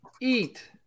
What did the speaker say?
eat